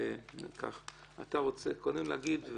אתה רוצה קודם להגיד,